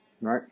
Right